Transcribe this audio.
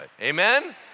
Amen